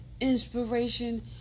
inspiration